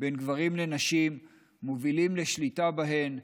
בין גברים לנשים מובילים לשליטה בהן,